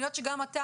אני יודעת שגם אתה